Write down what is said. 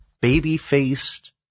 baby-faced